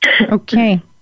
Okay